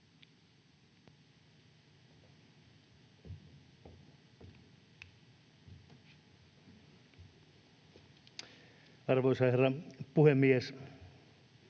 Arvoisa herra puhemies!